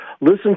listen